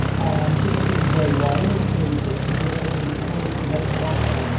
and did it take you very long to put together the clues that led to wifi?